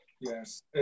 Yes